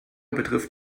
betrifft